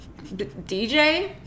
DJ